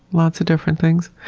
lots of different things.